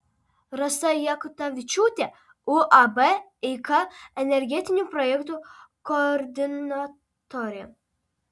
rasa jakutavičiūtė uab eika energetinių projektų koordinatorė